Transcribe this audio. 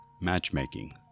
Matchmaking